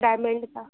diamond का